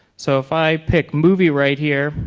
so if i pick movie right here,